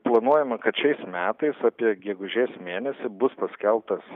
planuojama kad šiais metais apie gegužės mėnesį bus paskelbtas